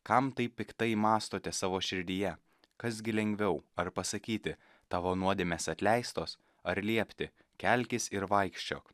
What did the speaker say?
kam taip piktai mąstote savo širdyje kas gi lengviau ar pasakyti tavo nuodėmės atleistos ar liepti kelkis ir vaikščiok